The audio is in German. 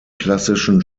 klassischen